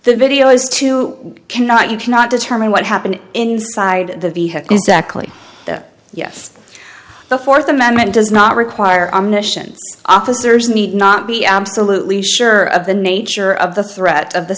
the video is to cannot you cannot determine what happened inside the vehicle exactly yes the fourth amendment does not require omniscient officers need not be absolutely sure of the nature of the threat of the